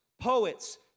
poets